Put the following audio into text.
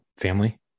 family